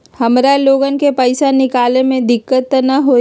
हमार लोगन के पैसा निकास में दिक्कत त न होई?